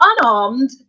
unarmed